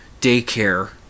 daycare